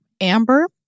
Amber